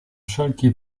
wszelki